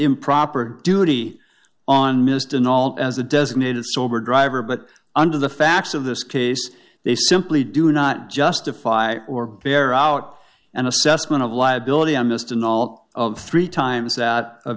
improper duty on missed an all out as a designated sober driver but under the facts of this case they simply do not justify or bear out an assessment of liability a missed in all of three times that